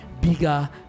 bigger